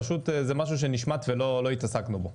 זה משהו שנשמט ולא התעסקנו בו.